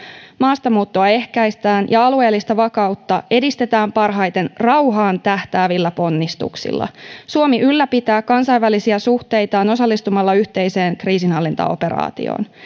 maastamuuttoa ehkäistään ja alueellista vakautta edistetään parhaiten rauhaan tähtäävillä ponnistuksilla suomi ylläpitää kansainvälisiä suhteitaan osallistumalla yhteiseen kriisinhallintaoperaatioon